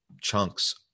chunks